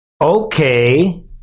okay